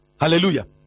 Hallelujah